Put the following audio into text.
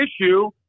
issue